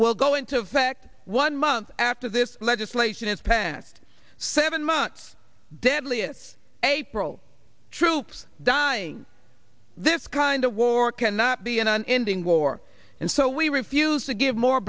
will go into effect one month after this legislation is passed seven months deadliest april troops dying this kind of war cannot be undone ending war and so we refuse to give more